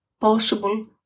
possible